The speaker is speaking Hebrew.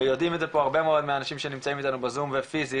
ויודעים את זה פה הרבה מאוד מהאנשים שנמצאים איתנו בזום ופיזית,